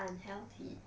unhealthy